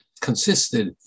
consisted